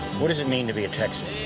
what does it mean to be a texan?